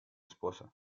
esposa